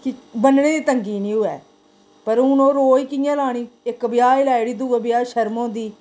कि बन्नने गी तंगी नी होऐ पर हून ओह् रोज कियां लानी इक ब्याह् गी लाइड़ी दुए ब्याह् गी शर्म औंदी